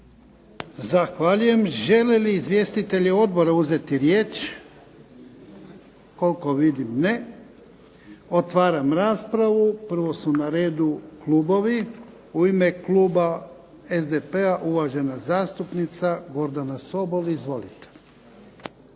Zahvaljujem. Žele li izvjestitelji odbora uzeti riječ? Koliko vidim ne. Otvaram raspravu. Prvo su na redu klubovi. U ime kluba SDP-a, uvažena zastupnica Gordana Sobol. Izvolite.